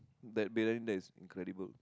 that Briyani there is incredible